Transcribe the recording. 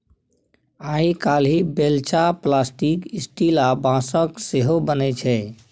आइ काल्हि बेलचा plastic, steel आ बाँसक सेहो बनै छै